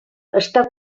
està